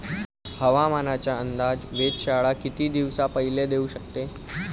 हवामानाचा अंदाज वेधशाळा किती दिवसा पयले देऊ शकते?